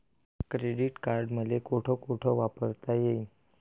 Credit card मले कोठ कोठ वापरता येईन?